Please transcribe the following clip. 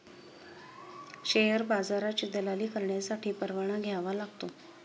share बाजाराची दलाली करण्यासाठी परवाना घ्यावा लागतो